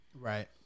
Right